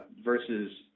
versus